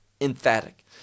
emphatic